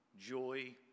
Joy